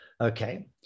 okay